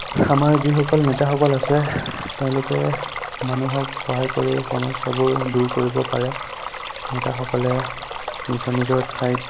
আমাৰ যিসকল নেতাসকল আছে তেওঁলোকে মানুহক সহায় কৰি সমস্যাবোৰ দূৰ কৰিব পাৰে নেতাসকলে নিজৰ নিজৰ ঠাইত